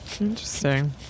Interesting